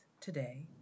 today